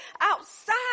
outside